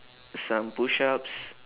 some push ups